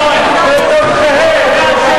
נתקבלה.